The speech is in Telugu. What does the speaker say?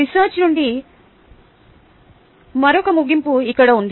రీసర్చ్ నుండి మరొక ముగింపు ఇక్కడ ఉంది